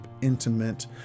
intimate